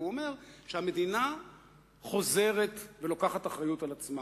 והוא אומר שהמדינה חוזרת ולוקחת אחריות על עצמה.